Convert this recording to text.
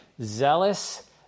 zealous